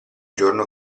giorno